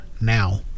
now